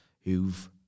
who've